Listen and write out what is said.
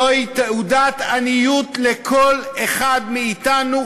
זו תעודת עניות לכל אחד מאתנו,